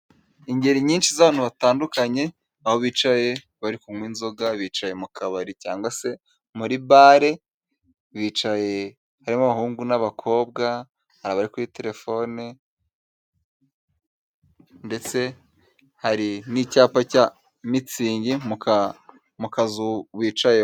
Ingeri nyinshi z'abantu hatandukanye aho bicaye bari kunywa inzoga, bicaye mu kabari cyangwa se muri Bare bicaye harimo abahungu n'abakobwa bari kuri Telefone ndetse hari n'icyapa cya Mitsingi mu kazu bicayemo.